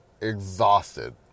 Exhausted